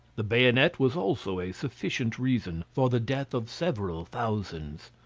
the bayonet was also a sufficient reason for the death of several thousands.